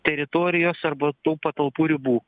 teritorijos arba tų patalpų ribų